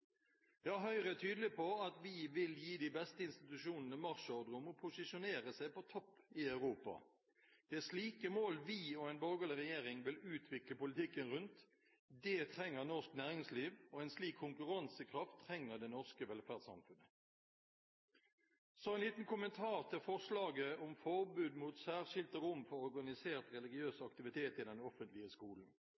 Ja, Høyre er tydelig på at vi vil gi de beste instituttene marsjordre om å posisjonere seg på topp i Europa. Det er slike mål vi og en borgerlig regjering vil utvikle politikken rundt. Det trenger norsk næringsliv, og en slik konkurransekraft trenger det norske velferdssamfunnet. Så en liten kommentar til forslaget om forbud mot særskilte rom for organisert religiøs